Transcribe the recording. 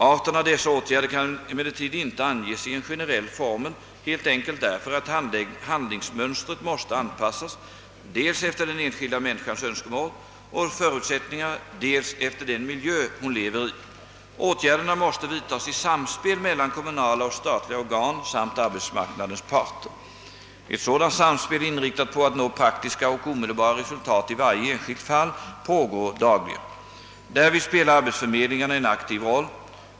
Arten av dessa åtgärder kan emellertid inte anges i en generell formel helt enkelt därför att handlingsmönstret måste anpassas dels efter den enskilda människans önskemål och förutsättningar, dels efter den miljö hon lever i. Åtgärderna måste vidtas i samspel mellan kommunala och statliga organ samt arbetsmarknadens parter. Ett sådant samspel inriktat på att nå praktiska och omedelbara resultat i varje enskilt fall pågår dagligen. Därvid spelar arbetsförmedlingarna en aktiv roll.